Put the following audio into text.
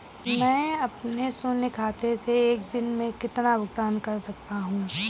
मैं अपने शून्य खाते से एक दिन में कितना भुगतान कर सकता हूँ?